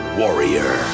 warrior